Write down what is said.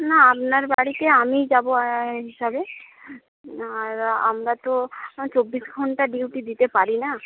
না আপনার বাড়িতে আমি যাবো আয়া হিসাবে আর আমরা তো চব্বিশ ঘন্টা ডিউটি দিতে পারি না